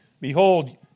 Behold